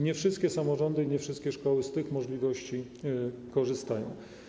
Nie wszystkie samorządy ani nie wszystkie szkoły z tych możliwości korzystają.